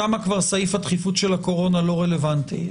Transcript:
שם כבר סעיף הדחיפות של הקורונה לא רלוונטי.